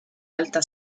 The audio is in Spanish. alta